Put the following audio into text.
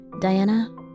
Diana